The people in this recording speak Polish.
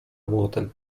młotem